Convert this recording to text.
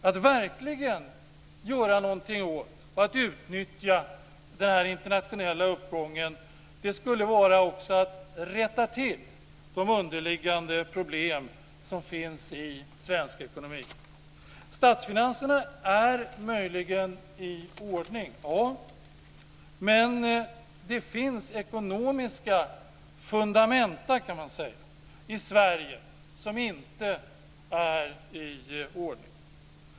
Att verkligen göra någonting åt och att utnyttja den internationella uppgången skulle också vara att rätta till de underliggande problem som finns i svensk ekonomi. Statsfinanserna är möjligen i ordning. Ja, men det finns ekonomiska fundament i Sverige som inte är i ordning.